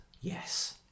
Yes